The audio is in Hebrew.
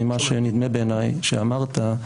ממה שנדמה בעיניי שאמרת,